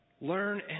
Learn